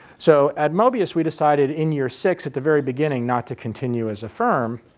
so, at mobius we decided in year six at the very beginning not to continue as a firm.